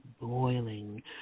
boiling